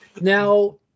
Now